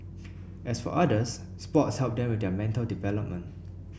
as for others sports help them with their mental development